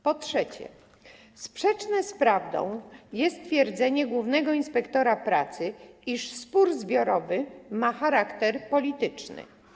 Po trzecie, sprzeczne z prawdą jest twierdzenie głównego inspektora pracy, iż spór zbiorowy ma charakter polityczny.